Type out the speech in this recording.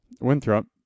Winthrop